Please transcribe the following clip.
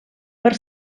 per